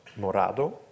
morado